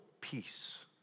peace